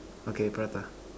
okay prata